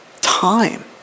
time